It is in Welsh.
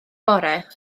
bore